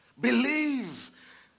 Believe